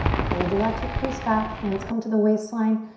pull the left hip crease back. hands come to the waistline.